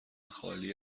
خالی